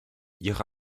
ihre